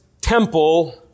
temple